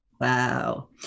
Wow